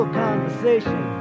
conversation